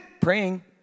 praying